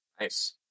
Nice